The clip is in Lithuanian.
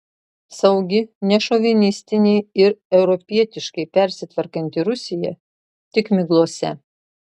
saugi nešovinistinė ir europietiškai persitvarkanti rusija tik miglose